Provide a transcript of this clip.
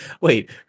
Wait